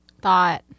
thought